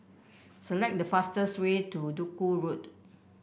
select the fastest way to Duku Road